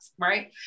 right